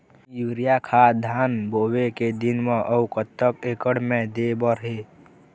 Urea खाद धान बोवे के दिन म अऊ कतक एकड़ मे दे बर हे?